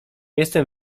jestem